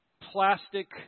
plastic